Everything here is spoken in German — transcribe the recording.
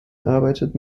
arbeitet